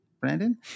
Brandon